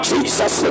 Jesus